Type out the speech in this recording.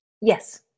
Yes